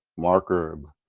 mark erb.